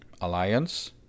Alliance